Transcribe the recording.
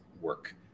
work